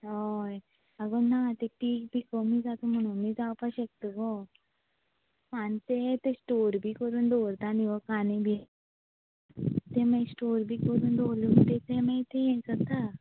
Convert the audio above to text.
हय आगो ना तें बी पिकोवन जाता म्हणूनय जावपा शकता गो आनी तें स्टोर बी करून दवरता न्ही गो कांदे बी तें मागीर स्टोर करूंन दवरलें म्हणटकीर तें मागीर तें हें जाता